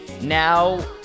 Now